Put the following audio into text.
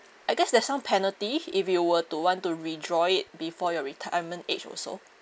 I guess there's some penalty if you were to want to withdraw it before your retirement age also